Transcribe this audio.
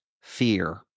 fear